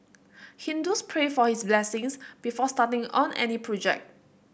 Hindus pray for his blessings before starting on any project